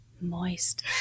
moist